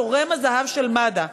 תורם הזהב של מד"א,